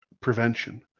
prevention